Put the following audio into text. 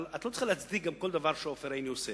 אבל את לא צריכה להצדיק כל דבר שעופר עיני עושה.